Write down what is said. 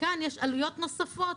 מכאן יש עלויות נוספות,